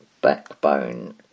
backbone